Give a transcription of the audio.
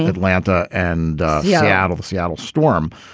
atlanta and yeah seattle, the seattle storm.